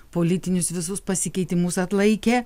politinius visus pasikeitimus atlaikė